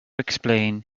explain